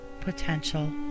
potential